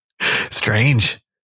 Strange